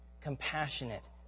compassionate